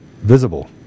visible